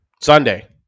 Sunday